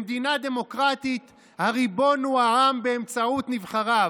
במדינה דמוקרטית הריבון הוא העם, באמצעות נבחריו,